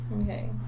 Okay